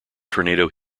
tornado